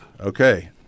Okay